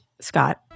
Scott